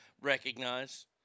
recognize